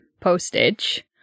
postage